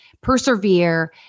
persevere